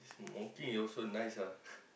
smoking is also nice ah